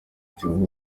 kiyovu